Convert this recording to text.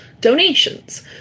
donations